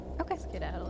Okay